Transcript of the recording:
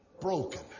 Broken